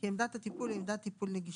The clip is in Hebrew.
כי עמדת הטיפול היא עמדת טיפול נגישה,